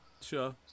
sure